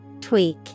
Tweak